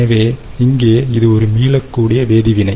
எனவே இங்கே இது ஒரு மீளக்கூடிய வேதி வினை